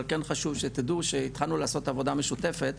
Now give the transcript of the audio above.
אבל כן חשוב שתדעו שהתחלנו לעשות עבודה משותפת,